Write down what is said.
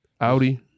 Audi